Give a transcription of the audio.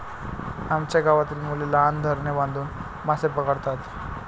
आमच्या गावातील मुले लहान धरणे बांधून मासे पकडतात